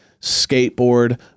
skateboard